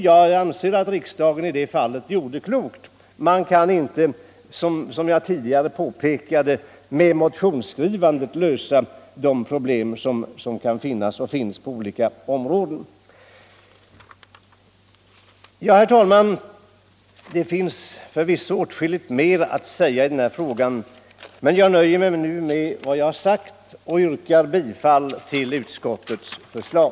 Jag anser att riksdagen i det fallet gjorde klokt. Man kan inte, som jag tidigare påpekade, med motionsskrivande lösa de problem som finns på olika områden. Herr talman! Det finns förvisso åtskilligt mer att säga i denna fråga, men jag nöjer mig med vad jag nu har sagt och yrkar bifall till utskottets förslag.